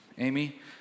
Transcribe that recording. Amy